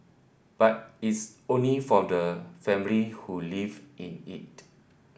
but it's only for the families who live in it